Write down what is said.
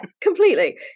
completely